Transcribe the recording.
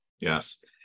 Yes